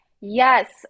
Yes